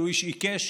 שהוא איש עיקש,